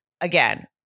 again